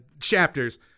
chapters